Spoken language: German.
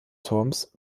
turms